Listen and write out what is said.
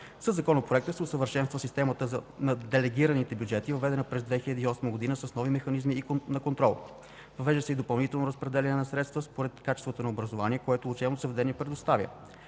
Със Законопроекта се усъвършенства системата на делегираните бюджети, въведена през 2008 г., с нови механизми на контрол. Въвежда се и допълнително разпределяне на средства според качеството на образование, което учебното заведение предоставя.